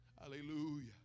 Hallelujah